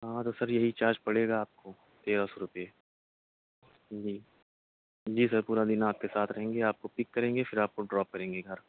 ہاں تو سر یہی چارج پڑے گا آپ کو تیرہ سو روپیے جی جی سر پورا دن آپ کے ساتھ رہیں گے آپ کو پک کریں گے پھر آپ کو ڈراپ کریں گے گھر